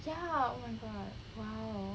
ya oh my god !wow!